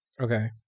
okay